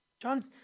John